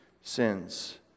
sins